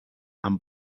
amb